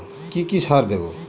কি কি সার দেবো?